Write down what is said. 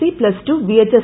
C plus two VHS